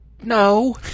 No